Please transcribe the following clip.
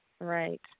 right